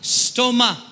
stoma